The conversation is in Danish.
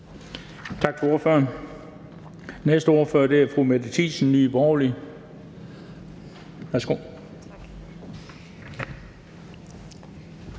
Tak til ordføreren. Næste ordfører er fru Mette Thiesen, Nye Borgerlige. Værsgo.